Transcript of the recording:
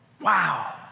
Wow